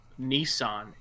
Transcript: Nissan